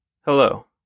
Hello